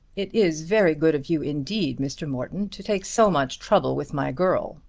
it is very good of you indeed, mr. morton, to take so much trouble with my girl,